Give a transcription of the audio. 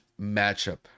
matchup